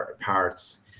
parts